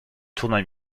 tournoi